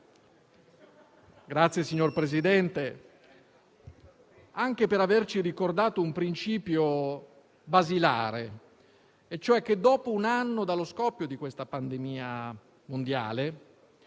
ringrazio, signor Presidente, anche per averci ricordato un principio basilare: dopo un anno dallo scoppio della pandemia mondiale,